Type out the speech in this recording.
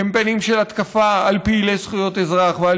קמפיינים של התקפה על פעילי זכויות אזרח ועל